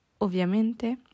ovviamente